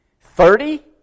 Thirty